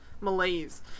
malaise